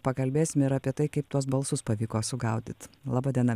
pakalbėsim ir apie tai kaip tuos balsus pavyko sugaudyt laba diena